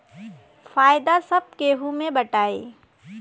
फायदा सब केहू मे बटाई